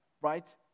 right